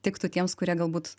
tiktų tiems kurie galbūt